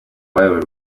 bayoboye